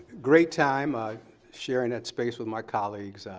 great time ah sharing that space with my colleagues.